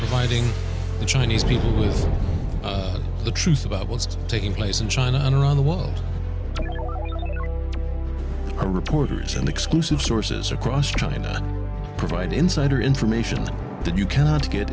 fighting the chinese people is the truth about what's taking place in china and around the world are reporters and exclusive sources across china provide insider information that you cannot get